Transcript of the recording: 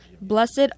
Blessed